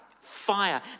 fire